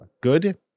good